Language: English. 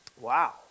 Wow